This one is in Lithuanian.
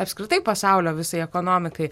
apskritai pasaulio visai ekonomikai